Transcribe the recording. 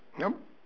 nope